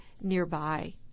nearby